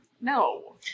No